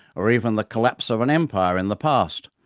or even the collapse of an empire in the past.